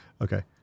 Okay